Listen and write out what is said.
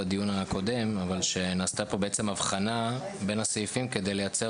גם בדיון הקודם שנעשתה פה הבחנה בין הסעיפים כדי לייצר